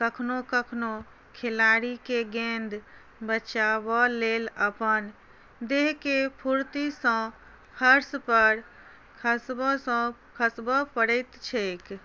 कखनो कखनो खेलाड़ीकेँ गेन्द बचयबा लेल अपन देहकेँ फूर्तीसँ फर्शपर खसबयसँ खसबय पड़ैत छैक